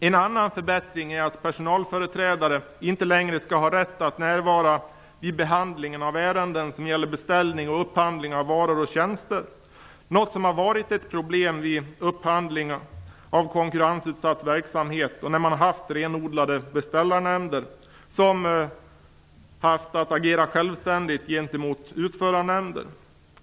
En annan förbättring är att personalföreträdare inte längre skall ha rätt att närvara vid behandlingen av ärenden som gäller beställning och upphandling av varor och tjänster. Det är något som varit ett problem vid upphandling av konkurrensutsatt verksamhet och när man haft renodlade beställarnämnder som haft att agera självständigt gentemot utförarnämnder.